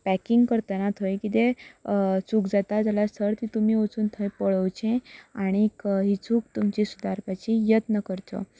packing करतना थंय कितेंय चूक जाता जाल्या सर ती तुमा वचून थंय पळोवचें आनीक ही चूक तुमची सुदारपाची यत्न करचो